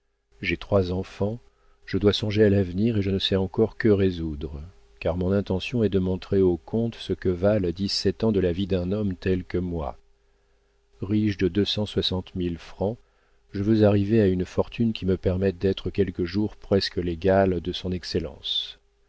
j'ai trois enfants je dois songer à l'avenir et je ne sais encore que résoudre car mon intention est de montrer au comte ce que valent dix-sept ans de la vie d'un homme tel que moi riche de deux cent soixante mille francs je veux arriver à une fortune qui me permette d'être quelque jour presque l'égal de s exc